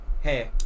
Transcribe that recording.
Hey